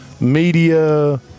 Media